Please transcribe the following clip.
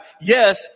Yes